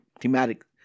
thematic